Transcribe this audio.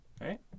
Right